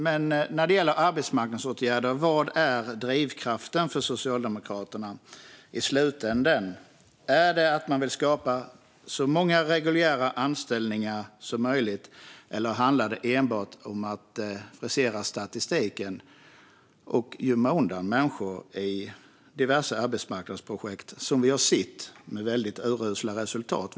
Men när det gäller arbetsmarknadsåtgärder, vad är drivkraften för Socialdemokraterna i slutändan? Är det att de vill skapa så många reguljära anställningar som möjligt, eller handlar det enbart om att frisera statistiken och gömma undan människor i diverse arbetsmarknadsprojekt med urusla resultat som vi har sett?